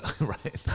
right